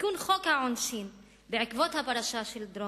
תיקון חוק העונשין בעקבות הפרשה של דרומי,